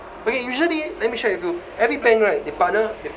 okay usually let me share with you every bank right they partner